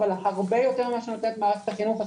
אבל הרבה יותר מאשר מערכת החינוך הסטנדרטית.